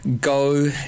go